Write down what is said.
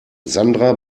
sandra